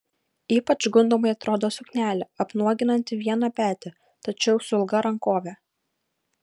ypač gundomai atrodo suknelė apnuoginanti vieną petį tačiau su ilga rankove